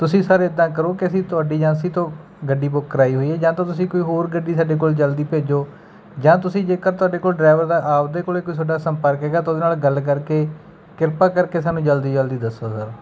ਤੁਸੀਂ ਸਾਰੇ ਇੱਦਾਂ ਕਰੋ ਕਿ ਅਸੀਂ ਤੁਹਾਡੀ ਏਜੰਸੀ ਤੋਂ ਗੱਡੀ ਬੁੱਕ ਕਰਾਈ ਹੋਈ ਹੈ ਜਾਂ ਤਾਂ ਤੁਸੀਂ ਕੋਈ ਹੋਰ ਗੱਡੀ ਸਾਡੇ ਕੋਲ ਜਲਦੀ ਭੇਜੋ ਜਾਂ ਤੁਸੀਂ ਜੇਕਰ ਤੁਹਾਡੇ ਕੋਲ ਡਰਾਈਵਰ ਦਾ ਆਪਦੇ ਕੋਲ ਕੋਈ ਤੁਹਾਡਾ ਸੰਪਰਕ ਹੈਗਾ ਤਾਂ ਉਹਦੇ ਨਾਲ ਗੱਲ ਕਰਕੇ ਕਿਰਪਾ ਕਰਕੇ ਸਾਨੂੰ ਜਲਦੀ ਜਲਦੀ ਦੱਸੋ ਸਰ